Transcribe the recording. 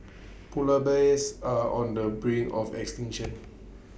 Polar Bears are on the brink of extinction